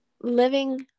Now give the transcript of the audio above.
Living